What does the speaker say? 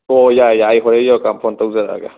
ꯑꯣ ꯌꯥꯏ ꯌꯥꯏ ꯑꯩ ꯍꯣꯔꯦꯟ ꯌꯧꯔꯀꯥꯟ ꯐꯣꯟ ꯇꯧꯖꯔꯛꯑꯒꯦ